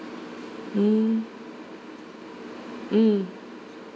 mm mm